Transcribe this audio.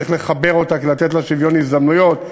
צריך לחבר אותה כדי לתת לה שוויון הזדמנויות,